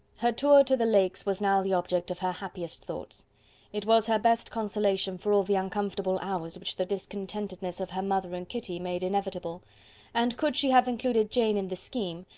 her tour to the lakes was now the object of her happiest thoughts it was her best consolation for all the uncomfortable hours which the discontentedness of her mother and kitty made inevitable and could she have included jane in the scheme,